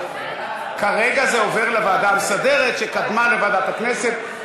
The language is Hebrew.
כרגע זה עובר לוועדה המסדרת שקדמה לוועדת הכנסת.